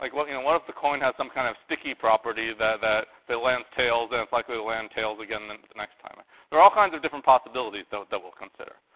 like well, you know what if the coin has some kind of sticky property that that it lands tails and it's likely to land tails again the next time? ah there are all kinds of different possibilities that that we'll consider.